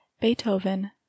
beethoven